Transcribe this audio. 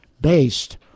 based